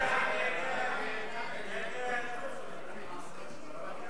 ההסתייגות של קבוצת סיעת מרצ לסעיף